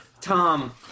Tom